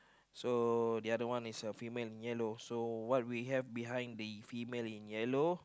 so the other one is a female in yellow so what we have behind the female in yellow